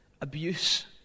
abuse